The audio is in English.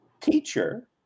teacher